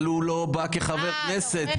אבל הוא לא בא כחבר כנסת.